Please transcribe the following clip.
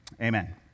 Amen